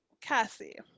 cassie